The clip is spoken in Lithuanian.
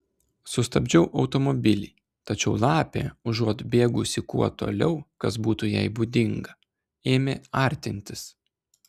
sustabdžiau automobilį tačiau lapė užuot bėgusi kuo toliau kas būtų jai būdinga ėmė artintis